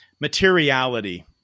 materiality